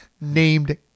named